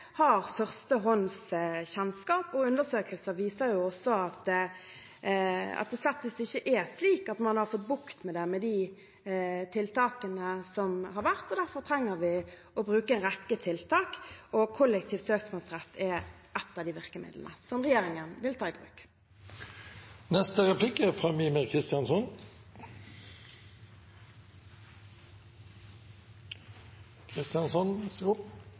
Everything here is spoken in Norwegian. har førstehåndskjennskap. Undersøkelser viser også at det slettes ikke er slik at man har fått bukt med dette med de tiltakene som har vært. Derfor trenger vi å bruke en rekke tiltak. Kollektiv søksmålsrett er et av de virkemidlene som regjeringen vil ta i bruk.